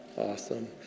Awesome